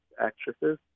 actresses